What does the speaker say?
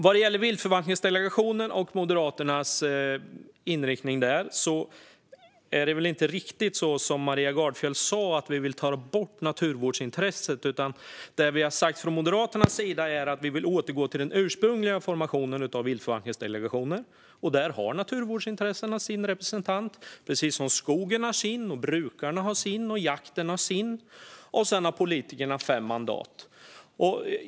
Vad gäller viltförvaltningsdelegationerna och Moderaternas inriktning där är det inte riktigt som Maria Gardfjell sa om att vi vill ta bort naturvårdsintresset. Det Moderaterna har sagt är att vi vill återgå till den ursprungliga formationen av viltförvaltningsdelegationerna. Där har naturvårdsintressena sin representant precis som skogen har sin, brukarna har sin och jakten har sin. Sedan har politikerna fem mandat.